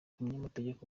umunyamategeko